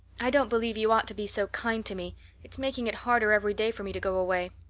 i don't believe you ought to be so kind to me it's making it harder every day for me to go away.